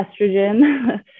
estrogen